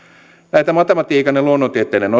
näitä matematiikan ja luonnontieteiden